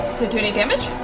do any damage?